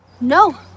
No